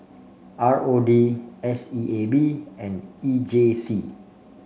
R O D S E A B and E J C